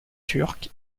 turcs